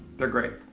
they're great. a